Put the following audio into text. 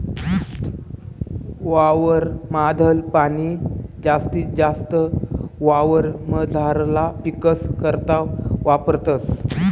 वावर माधल पाणी जास्तीत जास्त वावरमझारला पीकस करता वापरतस